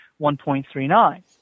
1.39